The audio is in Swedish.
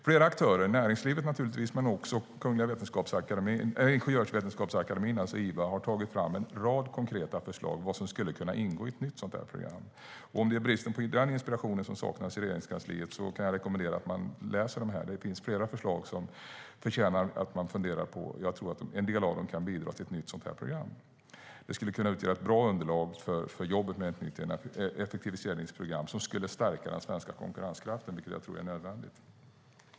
Flera aktörer, som näringslivet naturligtvis men också Kungliga Ingenjörsvetenskapsakademien, IVA, har tagit fram en rad konkreta förslag för vad som skulle kunna ingå i ett nytt sådant program. Om det är bristen på inspiration som saknas i Regeringskansliet kan jag rekommendera att läsa dessa förslag. Det finns flera som förtjänar att funderas över. Jag tror att en del av dem kan bidra till ett nytt sådant program. De skulle kunna utgöra ett bra underlag för jobbet med ett effektiviseringsprogram som skulle stärka den svenska konkurrenskraften, vilket jag tror är nödvändigt.